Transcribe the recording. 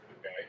Okay